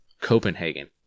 Copenhagen